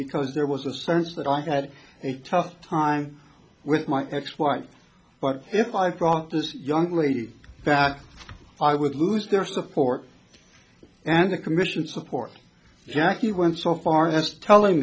because there was a sense that i had a tough time with my ex wife but if i brought this young lady back i would lose their support and the commission support jackie went so far as telling